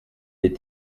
des